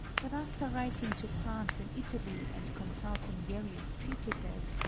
but after writing to france and italy, and consulting various treatises,